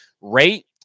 rate